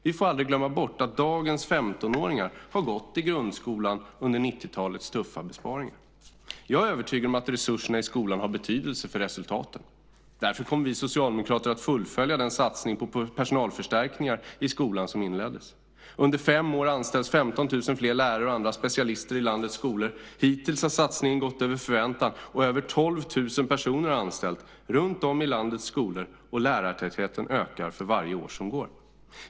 Vi får aldrig glömma bort att dagens 15-åringar har gått i grundskolan under 90-talets tuffa besparingar. Jag är övertygad om att resurserna i skolan har betydelse för resultaten. Därför kommer vi socialdemokrater att fullfölja den satsning på personalförstärkningar i skolan som inletts. Under fem år anställs 15 000 fler lärare och andra specialister i landets skolor. Hittills har satsningen gått över förväntan. Över 12 000 personer har anställts runtom i landets skolor, och lärartätheten ökar för varje år som går.